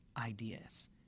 ideas